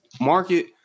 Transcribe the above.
market